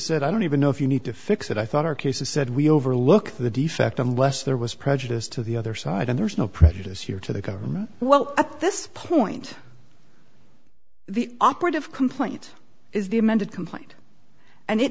said i don't even know if you need to fix it i thought our cases said we overlook the defect unless there was prejudice to the other side and there's no prejudice here to the government well at this point the operative complaint is the amended complaint and it